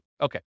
Okay